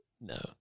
No